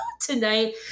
tonight